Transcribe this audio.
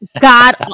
God